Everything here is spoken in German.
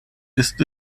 ist